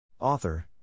Author